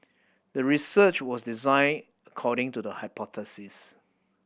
the research was designed according to the hypothesis